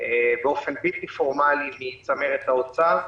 באופן בלתי פורמלי מצמרת האוצר.